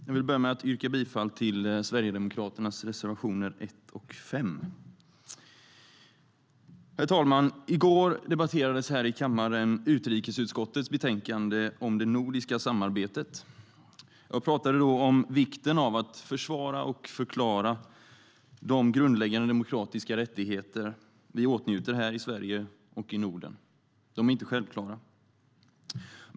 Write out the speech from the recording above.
Herr talman! Jag vill börja med att yrka bifall till Sverigedemokraternas reservationer 1 och 5. I går debatterades här i kammaren utrikesutskottets betänkande om det nordiska samarbetet. Jag talade då om vikten av att försvara och förklara de grundläggande demokratiska rättigheter vi åtnjuter här i Sverige och i Norden. De är inte självklara.